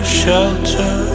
shelter